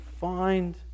find